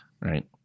right